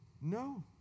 No